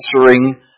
answering